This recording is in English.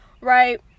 right